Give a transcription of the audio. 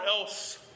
else